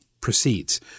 proceeds